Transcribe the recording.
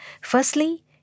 Firstly